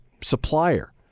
supplier